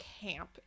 camp